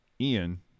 Ian